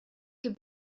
could